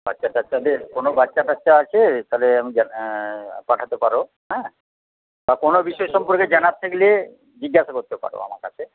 বাচ্চা কাচ্চাদের কোনও বাচ্চাকাচ্চা আছে তাহলে আমি পাঠাতে পারো হ্যাঁ বা কোনও বিষয় সম্পর্কে জানার থাকলে জিজ্ঞাসা করতে পারো আমার কাছে